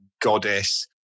goddess